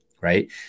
right